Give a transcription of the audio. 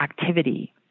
activity